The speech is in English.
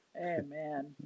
Amen